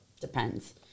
depends